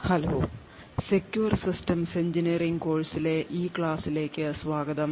hello secure systems engineering കോഴ്സിലെ ഈ ക്ലാസിലേക്ക് സ്വാഗതം